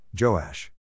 Joash